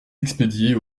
expédier